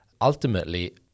ultimately